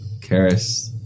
Karis